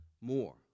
more